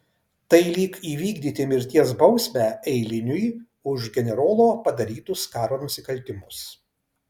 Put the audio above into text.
tai lyg įvykdyti mirties bausmę eiliniui už generolo padarytus karo nusikaltimus